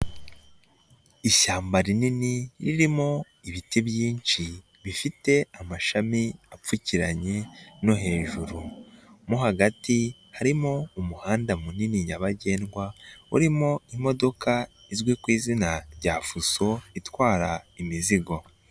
Ishyamba rinini, ririmo ibiti byinshi, bifite amashami apfukiranye no hejuru, mo hagati harimo umuhanda munini nyabagendwa, urimo imodoka izwi ku izina rya fuso, itwara imizigo.